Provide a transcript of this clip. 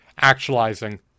actualizing